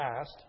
asked